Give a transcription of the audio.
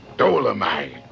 Dolomite